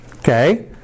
Okay